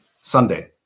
Sunday